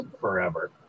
forever